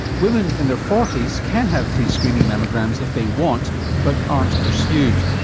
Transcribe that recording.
women in their forty s can have free screening mammograms if they want but aren't pursued.